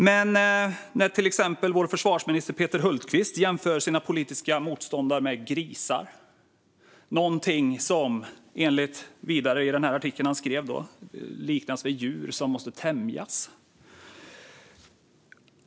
Men hur är det när till exempel vår försvarsminister Peter Hultqvist jämför sina politiska motståndare med grisar och vidare i den artikel han skrev liknar dem vid djur som måste tämjas?